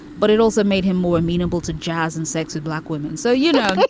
but it also made him more amenable to jazz and sexy black women so, you know,